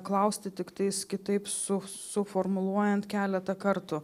klausti tiktais kitaip su suformuluojant keletą kartų